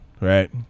right